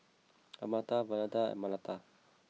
Amartya Vandana and Mahatma